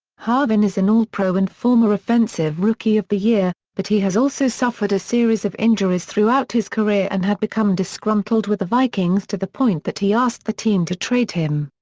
harvin is an all-pro and former offensive rookie of the year, but he has also suffered a series of injuries throughout his career and had become disgruntled with the vikings to the point that he asked the team to trade him.